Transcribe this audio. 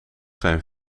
zijn